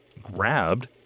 grabbed